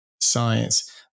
science